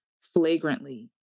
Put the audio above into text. flagrantly